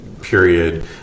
period